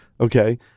Okay